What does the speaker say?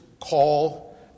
call